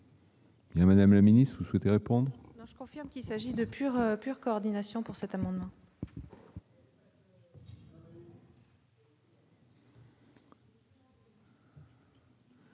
Madame la Ministre souhaitez répondent. Je confirme qu'il s'agit de pure pur coordination pour cet amendement.